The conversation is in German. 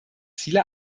ziele